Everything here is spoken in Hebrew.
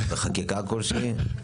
בחקיקה כלשהי?